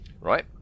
Right